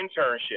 internship